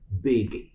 big